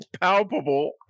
palpable